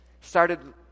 started